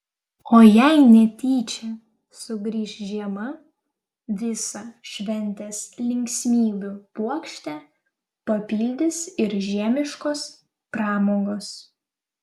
o jei netyčia sugrįš žiema visą šventės linksmybių puokštę papildys ir žiemiškos pramogos